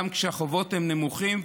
גם כשהחובות נמוכים,